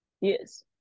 yes